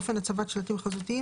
אופן הצבת שלטים חזותיים